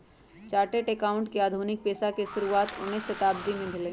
chartered accountant के आधुनिक पेशा के शुरुआत उनइ शताब्दी में भेलइ